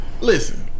listen